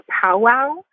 powwow